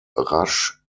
rasch